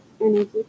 energy